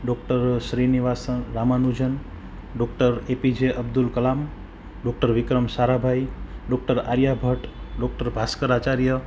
doctor Srinivasa Ramanujan doctor APJ Abdul Kalam doctor Vikram Sarabhai doctor Aryabhatta doctor Bhaskaracharya